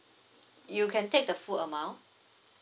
you can take the full amount